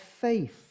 faith